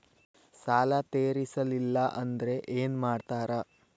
ಸಾಲ ತೇರಿಸಲಿಲ್ಲ ಅಂದ್ರೆ ಏನು ಮಾಡ್ತಾರಾ?